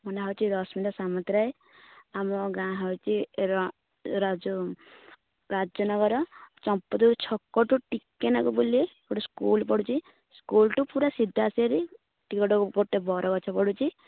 ମୋ ନାଆଁ ହେଉଛି ରଶ୍ମିତା ସାମନ୍ତରାୟ ଆମ ଗାଁ ହେଉଛି ରାଜନଗର ଚମ୍ପରୁ ଛକ ଠୁ ଟିକେନାକୁ ବୁଲିବେ ଗୋଟେ ସ୍କୁଲ ପଡ଼ୁଛି ସ୍କୁଲଠୁ ପୁରା ସିଧା ଆସିବେ ହେରି ଟିକେ ଗୋଟେ ବରଗଛ ପଡ଼ୁଛି